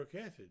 acid